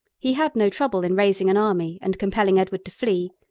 he had no trouble in raising an army and compelling edward to flee.